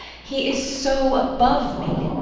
he is so above me.